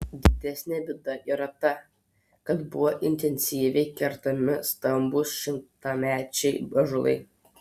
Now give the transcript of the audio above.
didesnė bėda yra ta kad buvo intensyviai kertami stambūs šimtamečiai ąžuolai